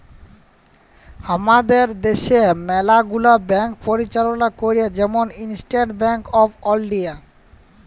আমাদের দ্যাশে ম্যালা গুলা ব্যাংক পরিচাললা ক্যরে, যেমল ইস্টেট ব্যাংক অফ ইলডিয়া